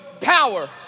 power